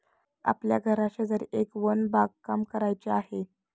आपल्या घराशेजारी एक वन बागकाम करायचे आहे